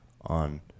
on